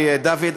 דוד,